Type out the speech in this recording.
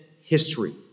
history